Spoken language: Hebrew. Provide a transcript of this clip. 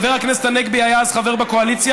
חבר הכנסת הנגבי היה אז חבר בקואליציה,